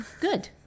good